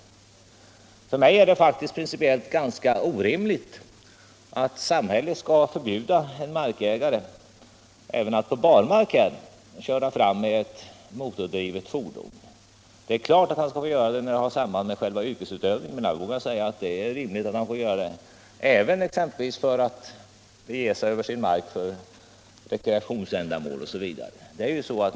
För mig är det faktiskt principiellt ganska orimligt att man helt skulle förbjuda en markägare att köra ett motordrivet fordon t.o.m. på barmark. Visserligen är det klart att han skall få köra på sin mark i samband med yrkesutövning, men jag vågar säga att det är rimligt att han får göra det även exempelvis för rekreationsändamål o.d.